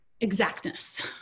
exactness